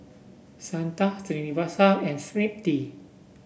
Santha Srinivasa and Smriti